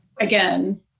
Again